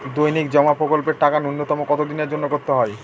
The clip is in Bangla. দৈনিক জমা প্রকল্পের টাকা নূন্যতম কত দিনের জন্য করতে হয়?